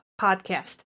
podcast